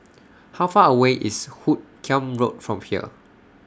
How Far away IS Hoot Kiam Road from here